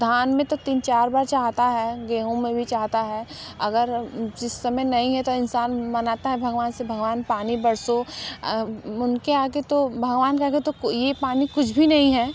धान में तो तीन चार बार चाहता है गेहूँ में भी चाहता है अगर जिस समय नहीं है तो इंसान मनाता है भगवान से भगवान पानी बरसो उनके आगे तो भगवान आगे तो यह पानी कुछ भी नहीं है